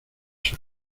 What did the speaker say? sus